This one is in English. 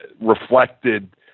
reflected